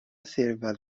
ثروت